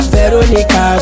Veronica